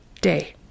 day